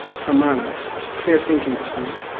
pramana clear-thinking schools.